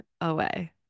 away